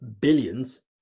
billions